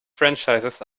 franchises